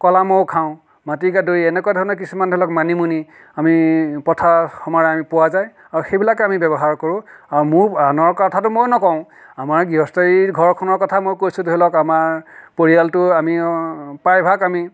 কলমৌ খাওঁ মাতিকাঁদুৰি এনেকুৱা ধৰণৰ কিছুমান ধৰি লওক মানিমুনি আমি পথাৰত সময়ত আমি পোৱা যায় আৰু সেইবিলাকেই আমি ব্যৱহাৰ কৰোঁ আৰু মইও আনৰ কথাটো মই নকওঁ আমাৰ গৃহস্থৰ এই ঘৰখনৰ কথা মই কৈছোঁ ধৰি লওক আমাৰ পৰিয়ালটো আমিও প্ৰায়ভাগ আমি